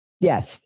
yes